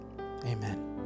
Amen